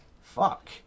fuck